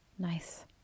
Nice